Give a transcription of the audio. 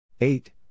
eight